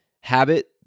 habit